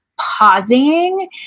pausing